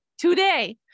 Today